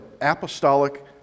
apostolic